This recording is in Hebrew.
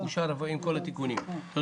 עם התיקונים שהוכנסו בו,